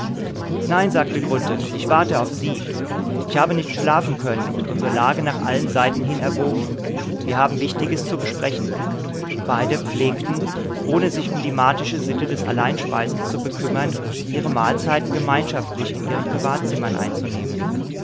nein sagte grunthe ich warte auf sie ich habe nicht schlafen können und unsere lage nach allen seiten hin erwogen wir haben wichtiges zu besprechen beide pflegten ohne sich um die martische sitte des alleinspeisens zu bekümmern ihre mahlzeiten gemeinschaftlich in ihren privatzimmern einzunehmen